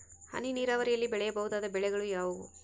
ಹನಿ ನೇರಾವರಿಯಲ್ಲಿ ಬೆಳೆಯಬಹುದಾದ ಬೆಳೆಗಳು ಯಾವುವು?